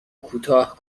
کوتاه